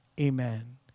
amen